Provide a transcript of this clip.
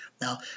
Now